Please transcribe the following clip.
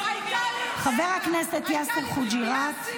חבר הכנסת יאסר חוג'יראת,